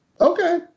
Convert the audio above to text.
okay